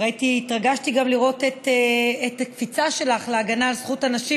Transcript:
והתרגשתי גם לראות את הקפיצה שלך להגנה על זכות הנשים.